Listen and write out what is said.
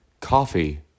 Coffee